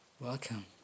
Welcome